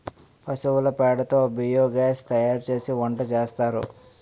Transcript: పశువుల పేడ తో బియోగాస్ తయారుసేసి వంటసేస్తారు